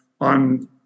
on